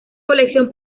colección